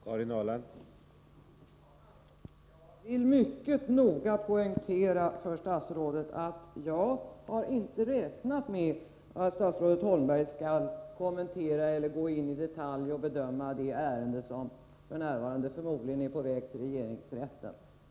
Herr talman! Jag vill mycket noga poängtera för statsrådet att jag inte har räknat med att statsrådet Holmberg i detalj skall kommentera det ärende som f. n. förmodligen är på väg till regeringsrätten.